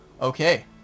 Okay